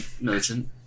militant